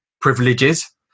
privileges